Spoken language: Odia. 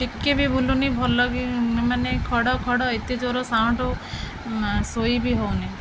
ଟିକେ ବି ବୁଲୁନି ଭଲକି ମାନେ ଖଡ଼ ଖଡ଼ ଏତେ ଜୋର ସାଉଣ୍ଡ୍ ଶୋଇ ବି ହଉନି